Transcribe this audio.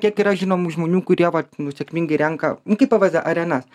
kiek yra žinomų žmonių kurie vat nu sėkmingai renka nu kaip pvz arenas